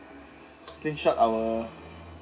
screen shot our